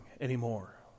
anymore